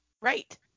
Right